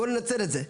בואו ננצל את זה.